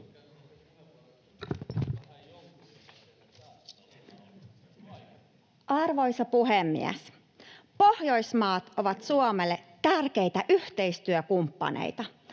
Arvoisa puhemies! Pohjoismaat ovat Suomelle tärkeitä yhteistyökumppaneita.